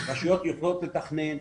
רשויות יכולות לתכנן,